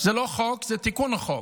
זה לא חוק, זה תיקון החוק,